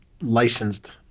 licensed